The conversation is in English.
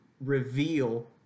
reveal